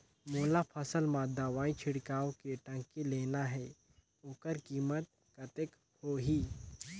मोला फसल मां दवाई छिड़काव के टंकी लेना हे ओकर कीमत कतेक होही?